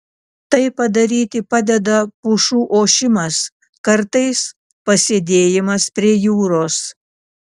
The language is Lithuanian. tai padaryti padeda pušų ošimas kartais pasėdėjimas prie jūros